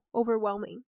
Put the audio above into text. ,overwhelming